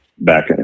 back